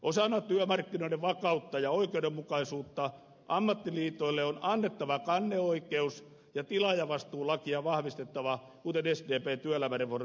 osana työmarkkinoiden vakautta ja oikeudenmukaisuutta ammattiliitoille on annettava kanneoikeus ja tilaajavastuulakia vahvistettava kuten sdp työelämäreformissaan on esittänyt